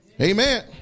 amen